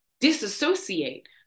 disassociate